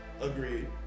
agreed